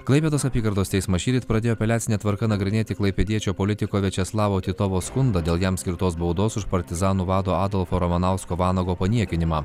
klaipėdos apygardos teismas šįryt pradėjo apeliacine tvarka nagrinėti klaipėdiečio politiko viačeslavo titovo skundą dėl jam skirtos baudos už partizanų vado adolfo ramanausko vanago paniekinimą